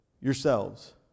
yourselves